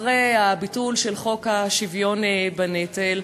אחרי הביטול של חוק השוויון בנטל?